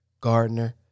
Gardner